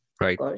right